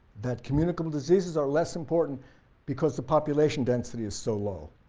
that communicable diseases are less important because the population density is so low.